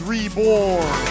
Reborn